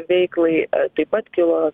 veiklai taip pat kilo